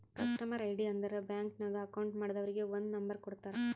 customer ID ಅಂದುರ್ bank ನಾಗ್ account ಮಾಡ್ದವರಿಗ್ ಒಂದ್ ನಂಬರ್ ಕೊಡ್ತಾರ್